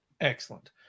excellent